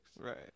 right